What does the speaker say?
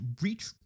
reach